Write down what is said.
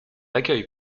accueille